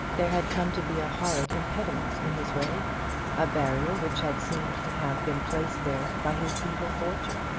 there had come to be a horrid impediment in his way a barrier which had seemed to have been placed there by his evil fortune,